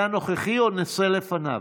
הנוכחי או לפניו?